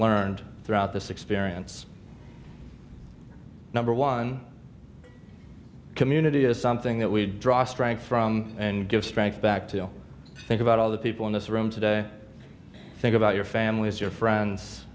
learned throughout this experience number one community is something that we draw strength from and give strength back to think about all the people in this room today think about your families your friends